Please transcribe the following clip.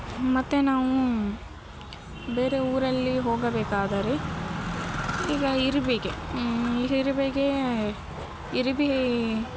ಮತ್ತು ನಾವು ಬೇರೆ ಊರಲ್ಲಿ ಹೋಗಬೇಕಾದರೆ ಈಗ ಇರಿವೆಗೆ ಇರಿವೆಗೆ ಇರಿವಿ